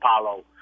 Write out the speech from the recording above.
Apollo